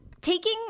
taking